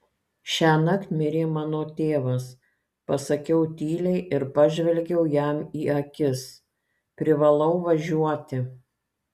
šiąnakt mirė mano tėvas pasakiau tyliai ir pažvelgiau jam į akis privalau važiuoti